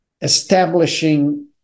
establishing